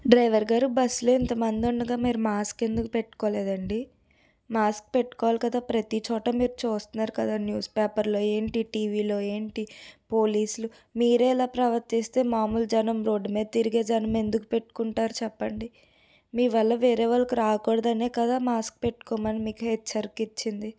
driver గారు బస్సులో ఎంతమంది ఉండగా మీరు మాస్క్ ఎందుకు పెట్టుకోలేదండి మాస్క్ పెట్టుకోవాలి కదా ప్రతి చోట మీరు చూస్తున్నారు కదా న్యూస్ పేపర్లో ఏంటి టీవీలో ఏంటి పోలీసులు మీరే ఇలా ప్రవర్తిస్తే మామూలు జనం రోడ్డు మీద తిరిగే జనం ఎందుకు పెట్టుకుంటారు చెప్పండి మీ వల్ల వేరే వాళ్ళకు రాకూడదనే కదా మాస్క్ పెట్టుకోమని మీకు హెచ్చరిక ఇచ్చింది